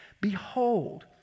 Behold